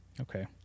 Okay